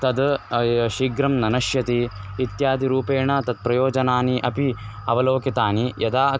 तद् शीघ्रं न नश्यति इत्यादिरूपेण तत् प्रयोजनानि अपि अवलोकितानि यदा